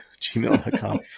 gmail.com